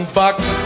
bucks